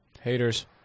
Haters